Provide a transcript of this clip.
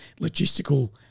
logistical